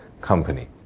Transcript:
company